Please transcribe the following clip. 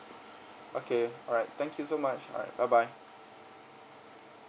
okay alright thank you so much alright bye bye